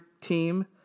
team